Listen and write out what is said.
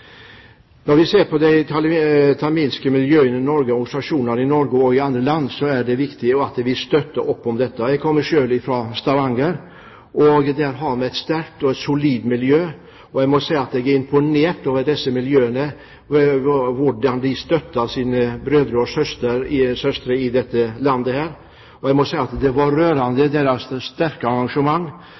tamilske organisasjonene i Norge og i andre land, er det viktig at vi støtter opp om dem. Jeg kommer selv fra Stavanger, og der har vi et sterkt og solid miljø. Jeg må si jeg er imponert over disse miljøene og hvordan de støtter sine brødre og søstre i hjemlandet, og deres sterke engasjement og innsatsen etter den store flodbølgekatastrofen i desember 2004, var rørende. De viste et kolossalt flott engasjement, de overførte masse midler, de var med på å bygge hus, og det